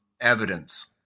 evidence